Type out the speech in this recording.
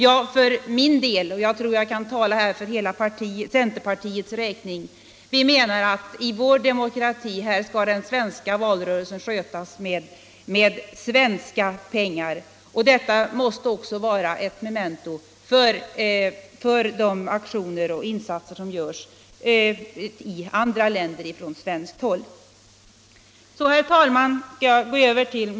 Jag för min del —- och jag tror att jag kan tala för hela centerpartiets räkning - menar att i vår svenska demokrati skall valrörelsen skötas med svenska pengar. Detta måste också vara ett memento för de aktioner och insatser som görs i andra länder från svenskt håll. Herr talman!